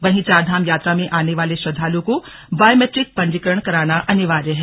वहीं चारधाम यात्रा में आने वाले श्रद्धालुओं को बायोमेट्रिक पंजीकरण कराना अनिवार्य है